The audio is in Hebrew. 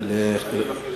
מאה אחוז.